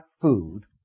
food